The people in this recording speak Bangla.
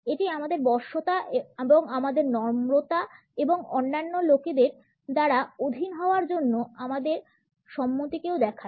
এটি আমাদের বশ্যতা এবং আমাদের নম্রতা এবং অন্যান্য লোকেদের দ্বারা অধীন হাওয়ার জন্য আমাদের সম্মতিকেও দেখায়